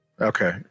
Okay